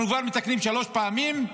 אנחנו כבר מתקנים שלוש פעמים,